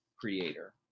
Creator